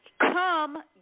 come